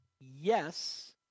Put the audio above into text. Yes